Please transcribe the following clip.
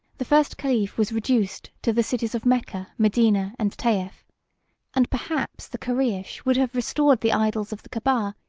the first caliph was reduced to the cities of mecca, medina, and tayef and perhaps the koreish would have restored the idols of the caaba,